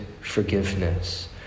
forgiveness